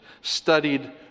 studied